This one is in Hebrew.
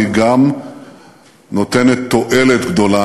היא גם נותנת תועלת גדולה,